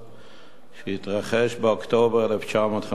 שהתרחש באוקטובר 1956,